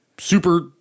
Super